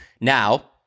Now-